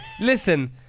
Listen